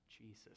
Jesus